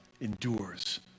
endures